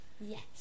Yes